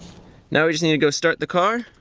now we just need to go start the car.